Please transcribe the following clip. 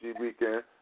weekend